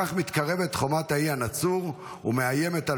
כך מתקרבת חומת האי הנצור ומאיימת על